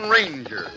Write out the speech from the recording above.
Ranger